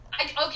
okay